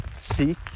seek